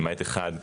למעט אחד,